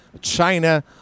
China